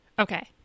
Okay